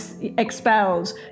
expelled